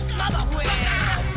motherfucker